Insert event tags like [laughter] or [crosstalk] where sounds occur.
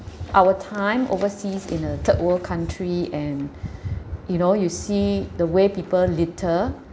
our time overseas in a third world country and [breath] you know you see the way people litter